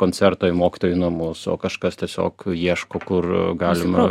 koncerto į mokytojų namus o kažkas tiesiog ieško kur galima